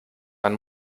man